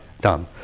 done